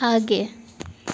आगे